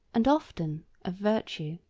and often of virtue.